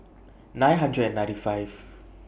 nine hundred and ninety five